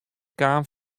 kaam